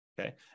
Okay